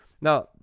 Now